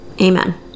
Amen